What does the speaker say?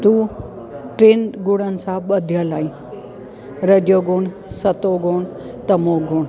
तू टिनि गुणनि सां ॿधियलु आई रजो गुणु सतो गुणु तमो गुणु